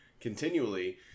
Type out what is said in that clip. continually